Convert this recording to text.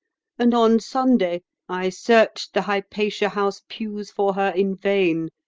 and on sunday i searched the hypatia house pews for her in vain.